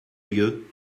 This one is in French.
lieu